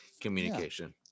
communication